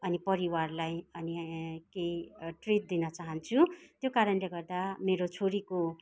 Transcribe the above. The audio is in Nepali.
अनि परिवारलाई अनि केही ट्रिट दिन चाहन्छु त्यो कारणले गर्दा मेरो छोरीको